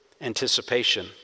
Anticipation